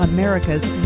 America's